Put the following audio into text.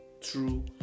true